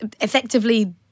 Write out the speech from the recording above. effectively